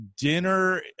dinner